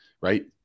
right